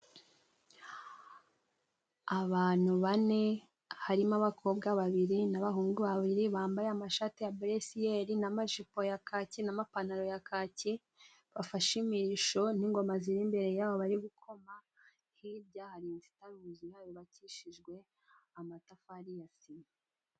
Abantu bane harimo abakobwa babiri n'abahungu babiri bambaye amashati ya buresiyeri na majipo ya kaki na mapantaro ya kaki bafashe imirishyo n'ingoma ziri imbere yabo bari gukoma. Hirya hari inzu itanga ubuzima yubakishijwe amatafari ya sima.